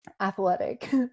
athletic